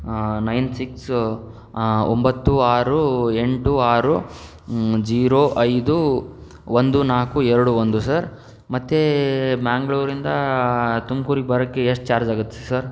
nine six ಒಂಬತ್ತು ಆರು ಎಂಟು ಆರು ಜಿರೋ ಐದು ಒಂದು ನಾಲ್ಕು ಎರಡು ಒಂದು ಸರ್ ಮತ್ತು ಮ್ಯಾಂಗಳೂರಿಂದ ತುಮ್ಕೂರಿಗೆ ಬರೋಕ್ಕೆ ಎಷ್ಟು ಚಾರ್ಜ್ ಆಗುತ್ತೆ ಸರ್